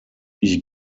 ich